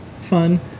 fun